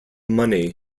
money